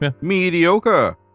Mediocre